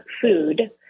food